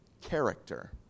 character